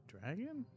Dragon